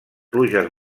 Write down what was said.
pluges